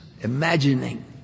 imagining